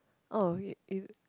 oh you you